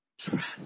Trust